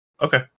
Okay